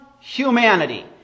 humanity